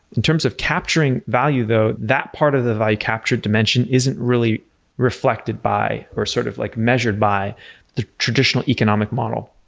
in terms of capturing value though, that part of the value capture dimension isn't really reflected by or sort of like measured by the traditional economic model.